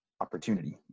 opportunity